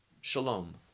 shalom